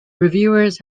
reviewers